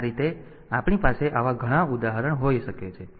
તેથી આ રીતે આપણી પાસે આવા ઘણા ઉદાહરણો હોઈ શકે છે